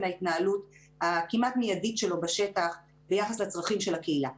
ההתנהלות הכמעט מיידית שלו בשטח ביחס לצרכים של הקהילה.